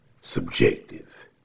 subjective